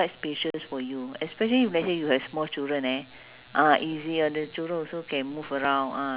people cook differently correct ah the taste is different so we went there hawker centre